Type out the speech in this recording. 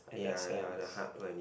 ya ya the hardware needs